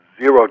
zero